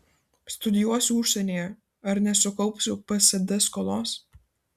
studijuosiu užsienyje ar nesukaupsiu psd skolos